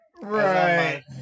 Right